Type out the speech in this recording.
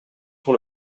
sur